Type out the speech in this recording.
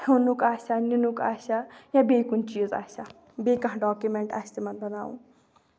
ننُک آسہِ ہا یا بیٚیہِ کُنہِ چیٖز آسہِ ہا بیٚیہِ کانٛہہ ڈاکمینٹ آسہِ تِمن بَناوُن